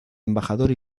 embajador